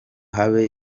habe